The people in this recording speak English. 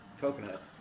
coconut